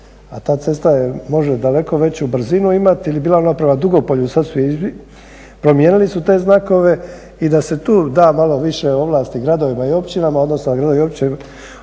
A ta cesta može daleko veću brzinu imati jer bila ona prema Dugopolju, sad su promijenili su te znakove i da se tu da malo više ovlasti gradovima i općinama, odnosno gradovi i općine